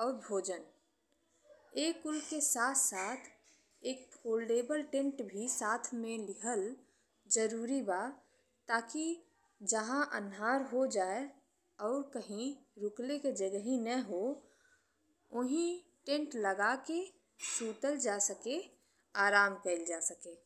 और भोजन। ई कुल के साथ साथ फोल्डेबल टेंट भी साथ में लिहल जरूरी बा ताकि जहाँ अन्हार हो जाए और कहीं रुकले के जगहि ने हो ओही टेंट लगा के सुतल जा सके आराम कइल जा सके।